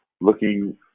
looking